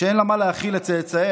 שאין לה במה להאכיל את צאצאיה,